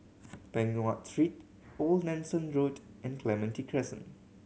Peng Nguan Street Old Nelson Road and Clementi Crescent